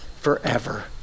forever